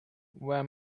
where